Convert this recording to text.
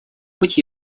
быть